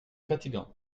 fatigant